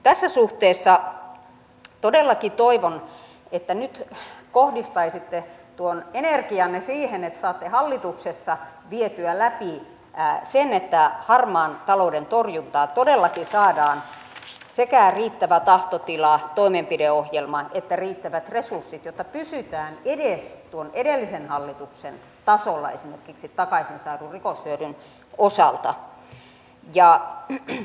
tässä suhteessa todellakin toivon että nyt kohdistaisitte tuon energianne siihen että saatte hallituksessa vietyä läpi sen että harmaan talouden torjunnassa todellakin saadaan sekä riittävä tahtotila toimenpideohjelmaan että riittävät resurssit jotta pysytään edes tuon edellisen hallituksen tasolla esimerkiksi takaisin saadun rikoshyödyn osalta